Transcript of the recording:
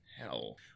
hell